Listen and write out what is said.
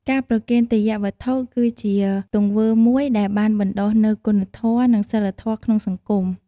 ការប្រគេនទេយ្យវត្ថុ គឺជាទង្វើមួយដែលបានបណ្ដុះនូវ គុណធម៌ និងសីលធម៌ ក្នុងសង្គម។